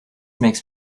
makes